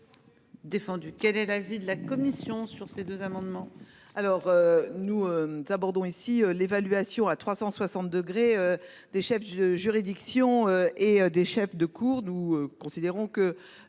Défendu. Quel est l'avis de la commission sur ces deux amendements. Alors nous abordons ici l'évaluation à 360 degrés des chefs de juridiction et des chefs de cour. Nous considérons que